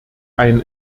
ein